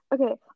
Okay